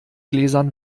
gläsern